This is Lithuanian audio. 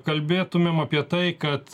kalbėtumėm apie tai kad